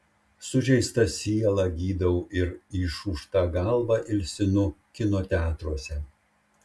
sužeistą sielą gydau ir išūžtą galvą ilsinu kino teatruose